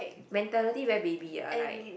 mentality very baby ah like